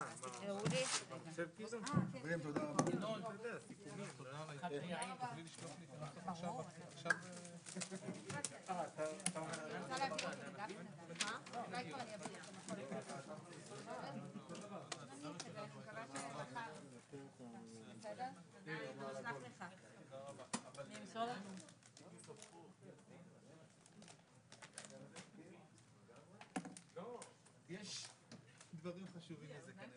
13:57.